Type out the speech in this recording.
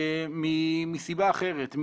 מסיבה אחרת,